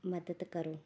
ਮਦਦ ਕਰੋ